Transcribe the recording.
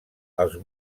els